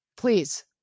Please